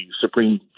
Supreme